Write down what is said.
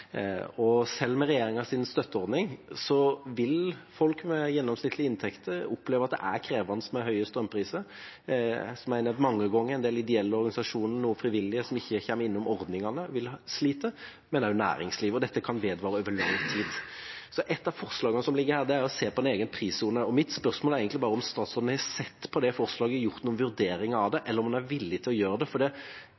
Selv med regjeringas støtteordning vil folk med gjennomsnittlige inntekter oppleve at det er krevende med høye strømpriser. Som jeg har nevnt mange ganger, er det en del ideelle organisasjoner og noen frivillige som ikke faller inn under ordningene, som vil slite, men også næringslivet. Dette kan også vare ved over lang tid. Ett av forslagene i denne saken er å se på en egen prissone. Mitt spørsmål er om statsråden har sett på det forslaget, gjort noen vurderinger av det,